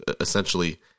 essentially